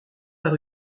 par